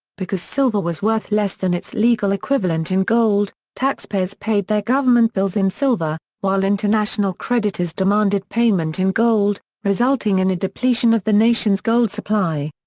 because silver was worth less than its legal equivalent in gold, taxpayers paid their government bills in silver, while international creditors demanded payment in gold, resulting in a depletion of the nation's gold supply.